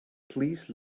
please